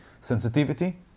sensitivity